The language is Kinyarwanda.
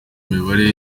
mibare